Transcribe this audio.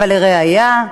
אבל לראיה,